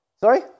Sorry